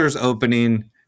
Opening